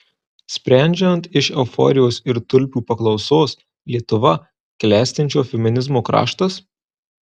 sprendžiant iš euforijos ir tulpių paklausos lietuva klestinčio feminizmo kraštas